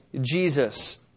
Jesus